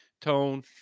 Tone